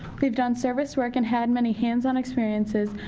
we've done service work and had many hands-on experiences.